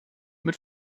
mit